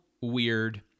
weird